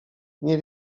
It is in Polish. nie